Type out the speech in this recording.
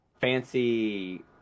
fancy